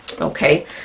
okay